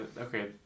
okay